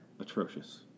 atrocious